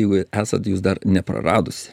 jeigu esat jūs dar nepraradusi